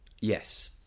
Yes